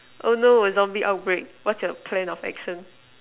oh no when zombie outbreak what's your plan of action